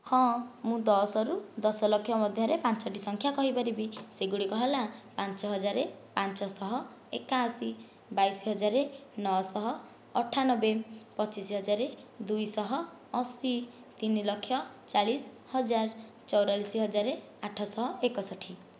ହଁ ମୁଁ ଦଶରୁ ଦଶଲକ୍ଷ ମଧ୍ୟରେ ପାଞ୍ଚୋଟି ସଂଖ୍ୟା କହିପାରିବି ସେଗୁଡ଼ିକ ହେଲା ପାଞ୍ଚହଜାର ପାଞ୍ଚଶହ ଏକାଅଶି ବାଇଶ ହଜାରେ ନଅଶହ ଅଠାନବେ ପଚିଶ ହଜାରେ ଦୁଇଶହ ଅଶି ତିନି ଲକ୍ଷ ଚାଳିଶ ହଜାର ଚୋଉରାଳିଶ ହଜାର ଆଠଶହ ଏକସଠି